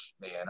man